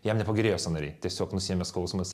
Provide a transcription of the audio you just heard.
jam nepagerėjo sąnariai tiesiog nusiėmė skausmas